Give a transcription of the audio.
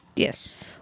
Yes